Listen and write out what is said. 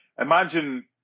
Imagine